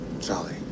Charlie